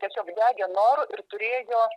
tiesiog degė noru ir turėjo